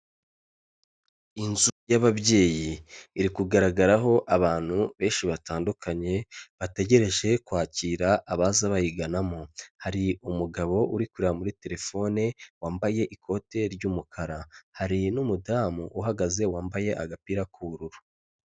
Inzu y'ababyeyi iri kugaragaraho abantu benshi batandukanye bategereje kwakira abaza bayiganamo, hari umugabo uri kureba muri telefone wambaye ikote ry'umukara, hari n'umudamu uhagaze wambaye agapira k'ubururu.